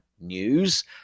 news